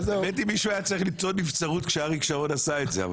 מישהו היא צריך ליצור נבצרות כשאריק שרון עשה את זה.